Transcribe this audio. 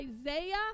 Isaiah